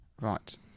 Right